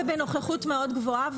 ובנוכחות מאוד גבוהה,